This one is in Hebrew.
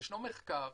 ישנו מחקר